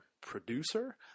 Producer